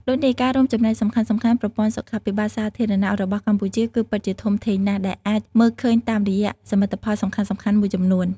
ដូចនេះការរួមចំណែកសំខាន់ៗប្រព័ន្ធសុខាភិបាលសាធារណៈរបស់កម្ពុជាគឺពិតជាធំធេងណាស់ ដែលអាចមើលឃើញតាមរយៈសមិទ្ធផលសំខាន់ៗមួយចំនួន។